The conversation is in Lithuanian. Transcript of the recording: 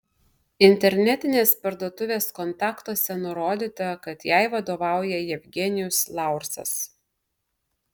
internetinės parduotuvės kontaktuose nurodyta kad jai vadovauja jevgenijus laursas